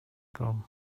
gum